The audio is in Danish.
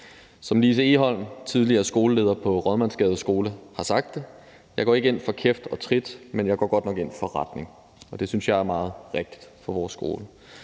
Som Lise Egholm, den tidligere skoleleder på Rådmandsgade Skole, har sagt det: Jeg går ikke ind fra kæft og trin, men jeg går godt nok ind for retning. Det synes jeg er meget rigtigt for vores skole.